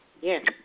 Yes